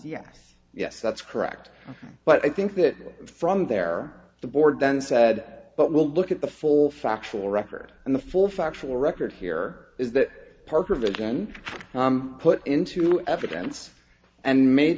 yes yes that's correct but i think that from there the board then said but we'll look at the full factual record and the full factual record here is that part of it been put into evidence and made